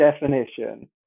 definition